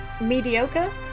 mediocre